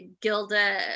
Gilda